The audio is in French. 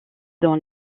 dans